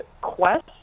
quest